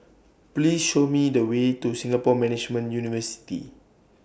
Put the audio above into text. Please Show Me The Way to Singapore Management University